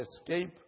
escape